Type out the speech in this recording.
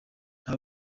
nta